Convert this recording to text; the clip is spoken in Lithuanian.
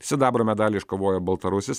sidabro medalį iškovojo baltarusis